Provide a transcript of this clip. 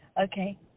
Okay